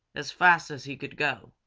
as fast as he could go.